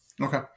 Okay